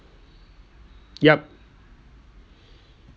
yup